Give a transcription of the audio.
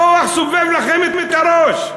הכוח סובב לכם את הראש.